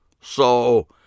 So